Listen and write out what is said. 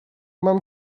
mam